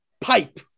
pipe